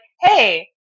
hey